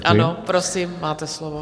Ano, prosím, máte slovo.